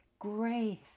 grace